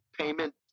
payment